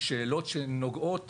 שאלות שנוגעות